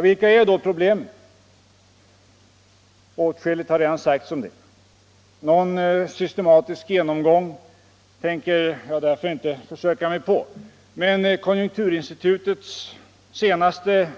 Vilka är då problemen? Åtskilligt har redan sagts om det, och någon systematisk genomgång tänker jag därför inte försöka mig på. Konjunkturinstitutets senaste